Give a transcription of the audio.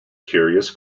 curious